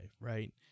right